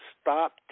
stop